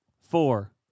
four